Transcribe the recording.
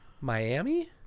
miami